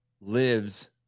lives